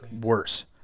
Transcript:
worse